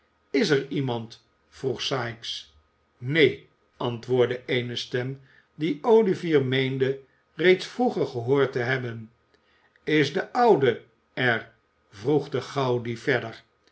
is er iemand vroeg sikes neen antwoordde eene stem die olivier meende reeds vroeger gehoord te hebben is de oude er vroeg de gauwdief verder